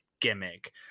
gimmick